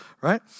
right